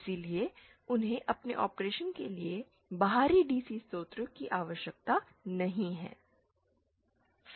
इसलिए उन्हें अपने ऑपरेशन के लिए बाहरी डीसी स्रोत की आवश्यकता नहीं है